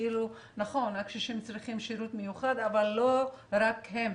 נכון, הקשישים צריכים שירות מיוחד אבל לא רק הם.